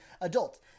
adults